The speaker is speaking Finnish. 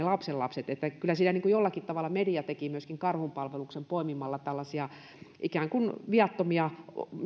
lapsenlapset kyllä siinä jollakin tavalla media teki myöskin karhunpalveluksen poimimalla tällaisia ikään kuin viattomia